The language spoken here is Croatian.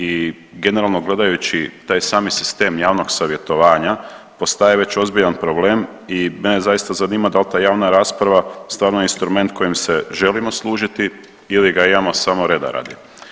I generalno gledajući taj sami sistem javnog savjetovanja postaje već ozbiljan problem i mene zaista zanima da li ta javna rasprava stvarno je instrument kojim se želimo služiti ili ga imamo samo reda radi.